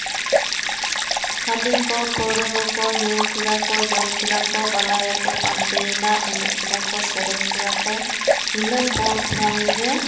ᱦᱟᱺᱰᱤ ᱠᱚ ᱯᱟᱹᱣᱨᱟᱹ ᱠᱚ ᱧᱩ ᱠᱮᱫᱟ ᱠᱚ ᱡᱚᱢ ᱠᱮᱫᱟ ᱠᱚ ᱵᱟᱞᱟᱭᱟ ᱠᱚ ᱯᱟᱱᱛᱮᱭᱮᱱᱟ ᱮᱱᱮᱡ ᱠᱮᱫᱟ ᱠᱚ ᱥᱮᱨᱮᱧ ᱠᱮᱫᱟ ᱠᱚ ᱤᱱᱟᱹ ᱯᱚᱨ ᱠᱷᱚᱱ ᱜᱮ